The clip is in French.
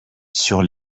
sur